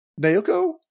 Naoko